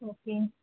okay